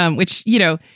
um which, you know,